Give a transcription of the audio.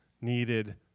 needed